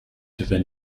wenn